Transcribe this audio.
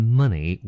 money